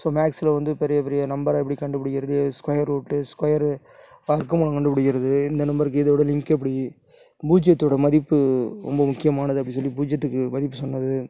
so மேக்ஸில் வந்து பெரிய பெரிய நம்பரை எப்படி கண்டுபிடிக்குறது ஸ்கொயர் ரூட்டு ஸ்கொயர் வடக்குமூலம் கண்டுபிடிக்குறது இந்த நம்பருக்கு இதோடய லிங்க் எப்படி பூஜ்யத்தோடய மதிப்பு ரொம்ப முக்கியமானது அப்படின்னு சொல்லி பூஜ்யத்துக்கு மதிப்பு சொன்னவர்